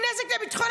תודה.